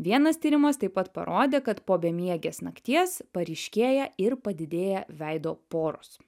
vienas tyrimas taip pat parodė kad po bemiegės nakties paryškėja ir padidėja veido poros